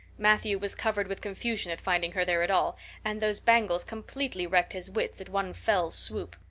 matthew was covered with confusion at finding her there at all and those bangles completely wrecked his wits at one fell swoop.